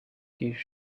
gives